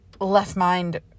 left-mind